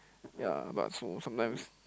ya but so sometimes